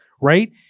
right